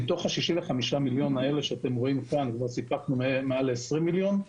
מתוך ה-65 מיליון האלה שאתם רואים כאן כבר סיפקנו מעל 20 מיליון.